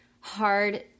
Hard